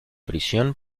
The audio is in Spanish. prisión